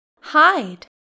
hide